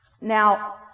Now